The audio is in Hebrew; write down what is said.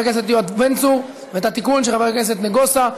וחבר הכנסת יואב בן צור ואת התיקון של חבר הכנסת נגוסה.